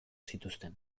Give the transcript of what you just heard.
zituzten